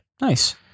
Nice